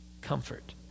comfort